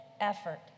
effort